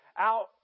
out